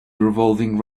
revolving